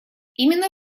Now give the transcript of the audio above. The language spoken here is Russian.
именно